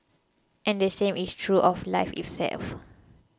and the same is true of life itself